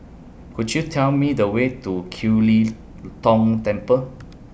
Could YOU Tell Me The Way to Kiew Lee Tong Temple